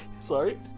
Sorry